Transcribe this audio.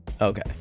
okay